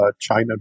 China